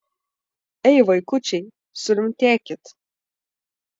ei vaikučiai surimtėkit